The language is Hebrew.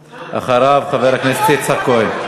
ואחריו, חבר הכנסת יצחק כהן.